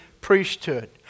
priesthood